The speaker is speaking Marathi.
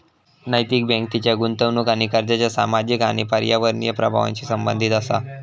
नैतिक बँक तिच्या गुंतवणूक आणि कर्जाच्या सामाजिक आणि पर्यावरणीय प्रभावांशी संबंधित असा